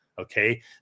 Okay